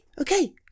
okay